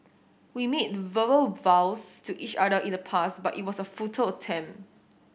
we made verbal vows to each other in the past but it was a futile attempt